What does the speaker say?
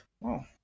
Wow